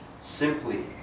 simply